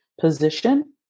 position